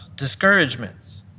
discouragements